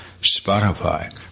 Spotify